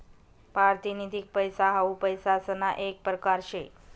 पारतिनिधिक पैसा हाऊ पैसासना येक परकार शे